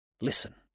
Listen